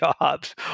jobs